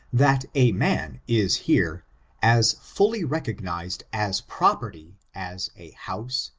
that a man is here as fully recognized as property as a house,